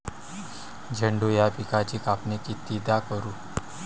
झेंडू या पिकाची कापनी कितीदा करू?